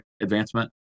advancement